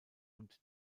und